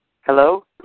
Hello